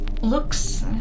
Looks